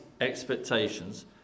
expectations